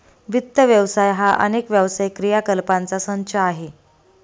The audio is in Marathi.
वित्त व्यवसाय हा अनेक व्यावसायिक क्रियाकलापांचा संच आहे